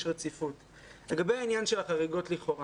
לגבי נושא החריגות לכאורה.